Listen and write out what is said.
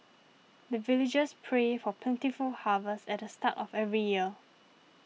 the villagers pray for plentiful harvest at the start of every year